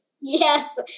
Yes